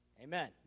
Amen